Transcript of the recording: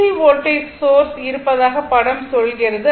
C voltage source இருப்பதாக படம் சொல்கிறது